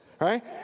Right